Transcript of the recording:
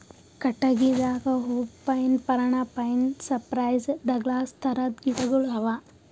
ಕಟ್ಟಗಿದಾಗ hoop pine, ಪರಣ pine, cypress, Douglas ಥರದ್ ಗಿಡಗೋಳು ಅವಾ